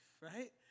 right